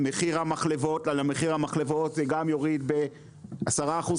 מחיר המחלבות ירד בין 5% ל-10%,